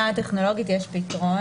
בלתי פתיר.